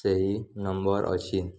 ସେହି ନମ୍ବର ଅଛି